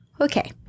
Okay